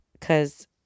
Cause